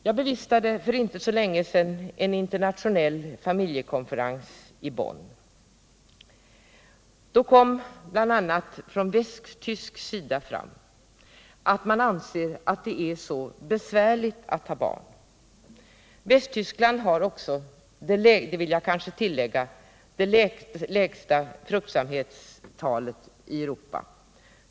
Jag bevistade för inte så länge sedan en internationell familjekonferens i Bonn. Då kom det bl.a. från västtysk sida fram att man anser det vara så besvärligt att ha barn. Jag vill tillägga att Västtyskland har det lägsta fruktsamhetstalet i Europa.